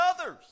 others